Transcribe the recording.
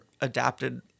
adapted